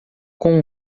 com